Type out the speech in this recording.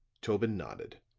tobin nodded.